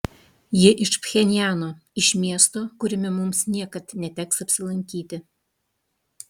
ji iš pchenjano iš miesto kuriame mums niekad neteks apsilankyti